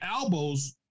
elbows